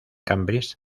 cambridge